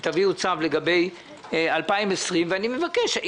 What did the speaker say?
שתביאו צו לגבי 2020. אני מבקש לדעת,